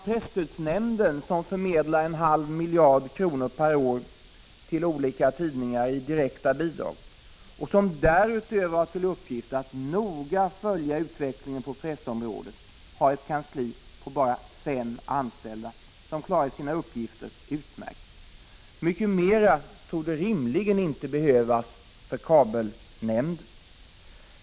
Presstödsnämnden, som förmedlar en halv miljard kronor per år till olika tidningar i direkta bidrag och som därutöver har till uppgift att noga följa utvecklingen på pressområdet, har ett kansli med bara fem anställda, som klarar sina uppgifter utmärkt. Många fler borde rimligen inte behövas för kabelnämnden.